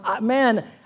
man